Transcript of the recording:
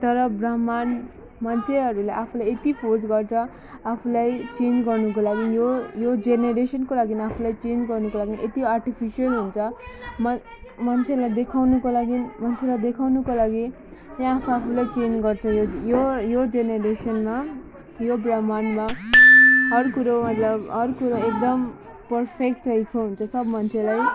तर ब्रह्माण्ड मान्छेहरूले आफूलाई यति फोर्स गर्छ आफूलाई चेन्ज गर्नको लागि यो यो जेनेरेसनको लागि आफूले चेन्ज गर्नुको लागि यति आर्टिफिसियल हुन्छ मन मान्छेलाई देखाउनुको लागि मान्छेलाई देखाउनुको लागि यहाँ आफू आफूलाई चेन्ज गर्छ यो यो जेनेरेसनमा यो ब्रह्माण्डमा हर कुरो हर कुरो मतलब हर कुरो एकदम पर्फेक्ट टाइपको हुन्छ सब मान्छेलाई